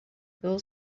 girl